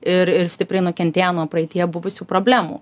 ir ir stipriai nukentėję nuo praeityje buvusių problemų